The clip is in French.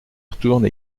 retourne